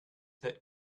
that